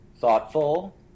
thoughtful